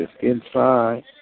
inside